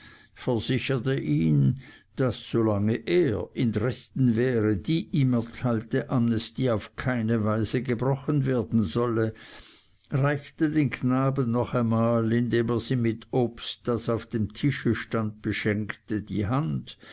versicherte ihn daß solange er in dresden wäre die ihm erteilte amnestie auf keine weise gebrochen werden solle reichte den knaben noch einmal indem er sie mit obst das auf seinem tische stand beschenkte die hand